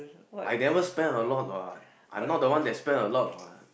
I never spend a lot what I'm not the one that spend a lot what